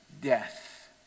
death